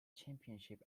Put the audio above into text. championship